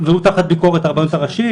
והוא תחת הביקורת של הרבנות הראשית